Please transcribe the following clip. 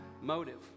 motive